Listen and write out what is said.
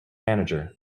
manager